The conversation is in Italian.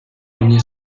ogni